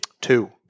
Two